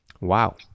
Wow